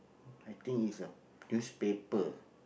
I think it's a newspaper